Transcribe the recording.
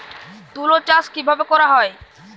তুলো চাষ কিভাবে করা হয়?